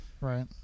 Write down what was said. Right